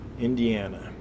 Indiana